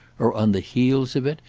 or on the heels of it,